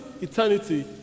eternity